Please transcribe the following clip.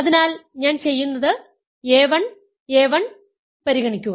അതിനാൽ ഞാൻ ചെയ്യുന്നത് a 1 a 1 a 1 പരിഗണിക്കുക